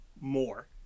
More